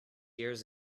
years